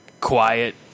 quiet